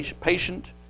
patient